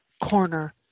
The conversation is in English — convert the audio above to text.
corner